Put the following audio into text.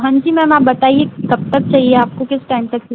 हाँ जी मैम आप बताइए कब तक चाहिए आपको किस टाइम तक